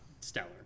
stellar